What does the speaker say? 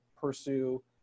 pursue